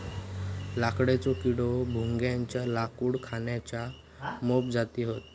लाकडेचो किडो, भुंग्याच्या लाकूड खाण्याच्या मोप जाती हत